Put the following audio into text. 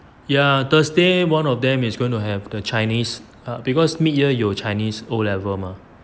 ya thursday one of them is going to have the chinese because mid year 有 chinese O level mah